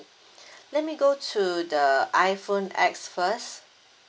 let me go to the iPhone X first